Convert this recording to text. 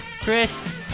Chris